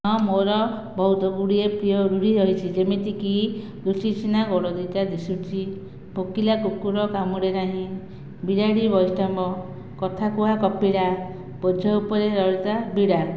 ହଁ ମୋର ବହୁତଗୁଡ଼ିଏ ପ୍ରିୟ ରୂଢ଼ି ରହିଛି ଯେମିତିକି ଲୁଚିଛି ନା ଗୋଡ଼ ଦି ଟା ଦିଶୁଛି ଭୁକିଲା କୁକୁର କାମୁଡ଼େ ନାହିଁ ବିରାଡ଼ି ବୈଷ୍ଣବ କଥାକୁହା କପିଳା ବୋଝ ଉପରେ ନଳିତା ବିଡ଼ା